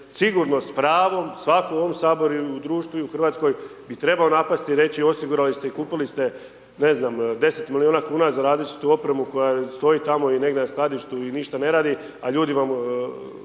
sigurno s pravom, svatko u ovom Saboru i u društvu i u Hrvatskoj, bi trebao napasti i reći, osigurali ste i kupili ste, ne znam 10 milijuna kuna za različitu opremu koja stoji tamo i negdje je na skladištu i ništa ne radi, a ljudi vam